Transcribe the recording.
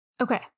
Okay